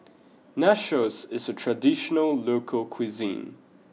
Nachos is a traditional local cuisine